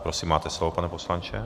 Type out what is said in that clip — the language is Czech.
Prosím máte slovo, pane poslanče.